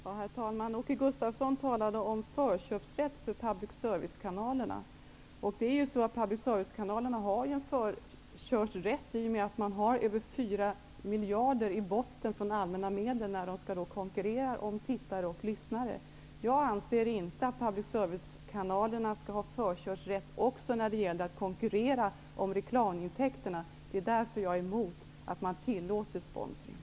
Herr talman! Åke Gustavsson talade om förkörsrätt för public service-kanalerna. Dessa kanaler har ju förkörsrätt i och med att de ha över 4 miljarder kronor i botten av allmänna medel, när de skall konkurrera om tittare och lyssnare. Jag anser inte att public service-kanalerna skall ha förkörsrätt också när det gäller att konkurrera om reklamintäkterna. Därför är jag emot att man tillåter sponsring.